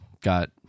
got